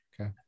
Okay